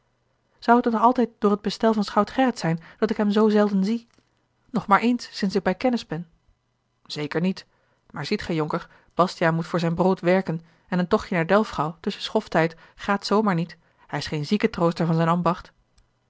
het nog altijd door t bestel van schout gerrit zijn dat ik hem zoo zelden zie ng maar eens sinds ik bij kennis ben zeker niet maar ziet gij jonker bastiaan moet voor zijn brood werken en een tochtje naar delfgauw tusschen schofttijd gaat zoo maar niet hij is geen ziekentrooster van zijn ambacht